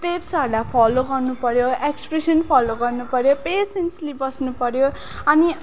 स्टेप्सहरूलाई follow गर्नु पऱ्यो expression follow गर्नु पऱ्यो पेसेन्सली बस्नु पऱ्यो अनि